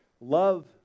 Love